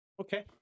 Okay